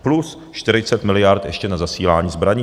Plus 40 miliard ještě na zasílání zbraní.